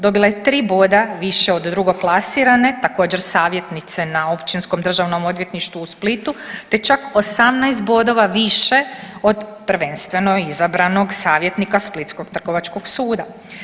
Dobila je 3 boda više od drugoplasirane također savjetnice na Općinskom državnom odvjetništvu u Splitu, te čak 18 bodova više od prvenstveno izabranog savjetnika splitskog Trgovačkog suda.